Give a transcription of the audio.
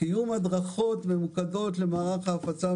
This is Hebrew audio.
קיום הדרכות ממוקדות למערך ההפצה,